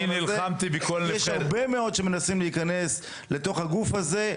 יש הרבה מאוד שמנסים להיכנס לגוף הזה.